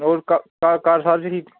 होर घर सब ठीक निं